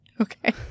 Okay